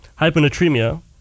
Hyponatremia